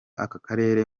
akarere